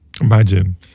Imagine